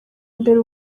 imbere